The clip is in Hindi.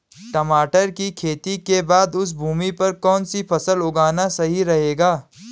टमाटर की खेती के बाद उस भूमि पर कौन सी फसल उगाना सही रहेगा?